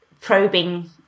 probing